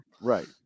right